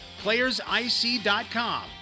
playersic.com